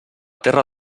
terra